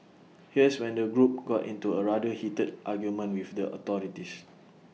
here's when the group got into A rather heated argument with the authorities